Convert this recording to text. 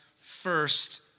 first